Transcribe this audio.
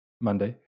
Monday